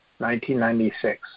1996